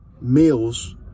meals